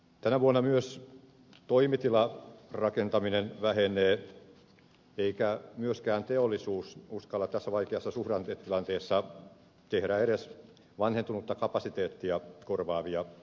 tänä vuonna myös toimitilarakentaminen vähenee eikä myöskään teollisuus uskalla tässä vaikeassa suhdannetilanteessa tehdä edes vanhentunutta kapasiteettia korvaavia investointeja